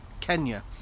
Kenya